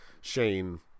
Shane